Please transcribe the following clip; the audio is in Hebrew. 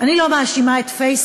אני לא מאשימה את פייסבוק